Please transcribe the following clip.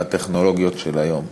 בטכנולוגיות של היום.